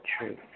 truth